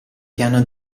piano